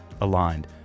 aligned